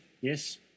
Yes